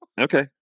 Okay